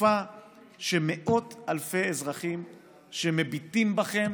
בתקופה שמאות אלפי אזרחים שמביטים בכם